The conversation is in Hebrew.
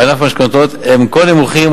בענף המשכנתאות הם כה נמוכים,